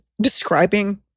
describing